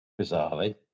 bizarrely